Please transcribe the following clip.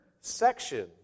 section